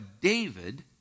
David